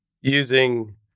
using